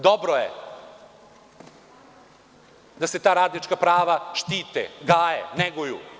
Dobro je da se ta radnička prava štite, gaje, neguju.